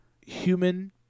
human